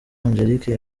angelique